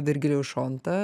virgilijų šontą